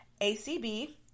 ACB